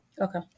okay